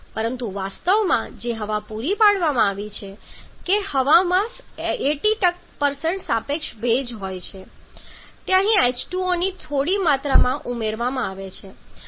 પરંતુ વાસ્તવમાં જે હવા પૂરી પાડવામાં આવી છે કે હવામાં 80 સાપેક્ષ ભેજ હોય છે તે અહીં H2O ની થોડી માત્રામાં પણ ઉમેરવામાં આવે છે